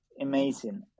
amazing